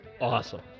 awesome